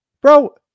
bro